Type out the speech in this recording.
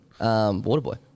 Waterboy